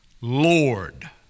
Lord